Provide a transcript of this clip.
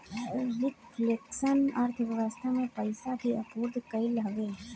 reflection अर्थव्यवस्था में पईसा के आपूर्ति कईल हवे